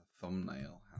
thumbnail